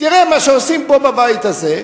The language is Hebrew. תראה מה שעושים פה בבית הזה,